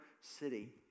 city